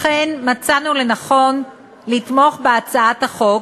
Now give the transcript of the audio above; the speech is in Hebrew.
אכן, מצאנו לנכון לתמוך בהצעת החוק,